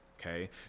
okay